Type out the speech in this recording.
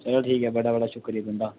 चलो ठीक ऐ बड़ा बड़ा शुक्रिया तुंदा